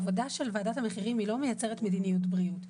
העבודה של וועדת המחירים היא לא מייצרת מדיניות בריאות.